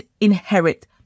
inherit